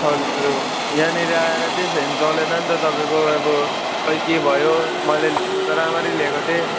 हजुर यहाँनिर आएर चाहिँ फ्यान चलेन नि त तपाईँको अब खै के भयो मैले ल्याउनु त रामरी ल्याएको थिएँ